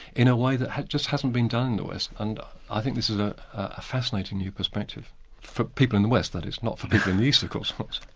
in a way that just hasn't been done in the west and i think this is ah a fascinating new perspective for people in the west that is, not for people in the east, of course.